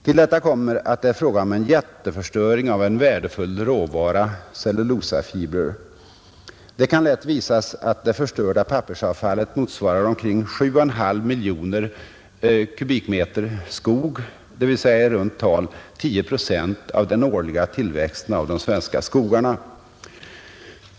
Till detta kommer att det är fråga om en jätteförstöring av en värdefull råvara, cellulosafibrer. Det kan lätt visas att det förstörda pappersavfallet motsvarar omkring 7,5 miljoner kubikmeter skog, dvs. i runt tal 10 procent av den årliga tillväxten av de svenska skogarna.